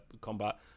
combat